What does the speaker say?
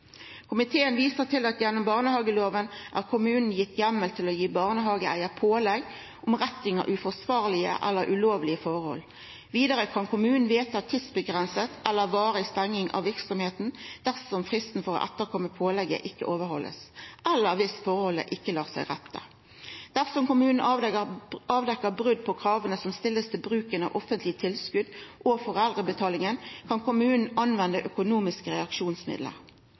Komiteen viser til at gjennom barnehageloven er kommunen gitt heimel til å gi barnehageeigar pålegg om retting av uforsvarlege eller ulovlege forhold. Vidare kan kommunen vedta tidsavgrensa eller varig stenging av verksemda dersom fristen for å etterkoma pålegget ikkje blir overhalde, eller viss forholdet ikkje lét seg retta. Dersom kommunen avdekkjer brot på krava som blir stilte til bruken av offentlege tilskot og foreldrebetalinga, kan kommunen nytta økonomiske